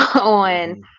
on